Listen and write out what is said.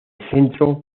centro